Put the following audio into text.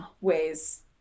ways